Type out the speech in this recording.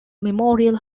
memorial